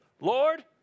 Lord